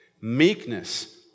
meekness